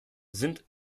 sind